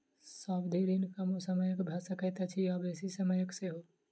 सावधि ऋण कमो समयक भ सकैत अछि आ बेसी समयक सेहो